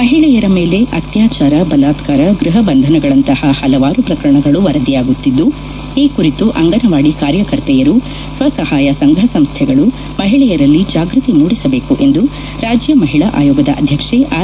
ಮಹಿಳೆಯರ ಮೇಲೆ ಅತ್ಯಾಚಾರ ಬಲತ್ನಾರ ಗ್ವಹ ಬಂಧನಗಳಂತಹ ಹಲವಾರು ಪ್ರಕರಣಗಳು ವರದಿಯಾಗುತ್ತಿದ್ದು ಈ ಕುರಿತು ಅಂಗನವಾದಿ ಕಾರ್ಯಕರ್ತೆಯರು ಸ್ನ ಸಹಾಯ ಸಂಘ ಸಂಸ್ಥೆಗಳು ಮಹಿಳೆಯರಲ್ಲಿ ಜಾಗೃತಿ ಮೂಡಿಸಬೇಕು ಎಂದು ರಾಜ್ಯ ಮಹಿಳಾ ಆಯೋಗದ ಅಧ್ಯಕ್ಷೆ ಆರ್